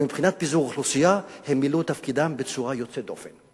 אבל מבחינת פיזור אוכלוסייה הם מילאו את תפקידם בצורה יוצאת דופן,